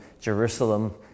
Jerusalem